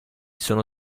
sono